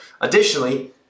Additionally